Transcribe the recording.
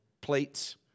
plates